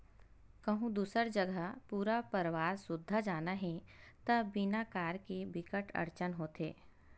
कहूँ दूसर जघा पूरा परवार सुद्धा जाना हे त बिना कार के बिकट अड़चन होथे